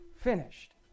finished